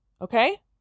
Okay